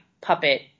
Puppet